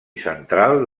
central